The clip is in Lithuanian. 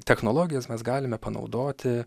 technologijas mes galime panaudoti